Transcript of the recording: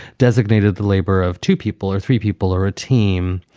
designated the labor of two people or three people or a team,